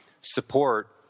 support